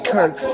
Kirk